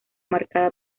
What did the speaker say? marcada